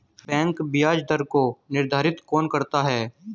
Bank ब्याज दर को निर्धारित कौन करता है?